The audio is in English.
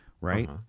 right